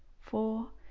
four